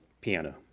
Piano